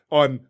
on